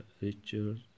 riches